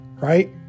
Right